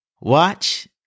Watch